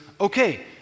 okay